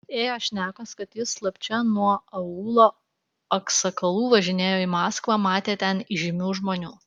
ėjo šnekos kad jis slapčia nuo aūlo aksakalų važinėjo į maskvą matė ten įžymių žmonių